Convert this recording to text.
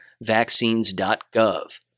vaccines.gov